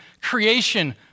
creation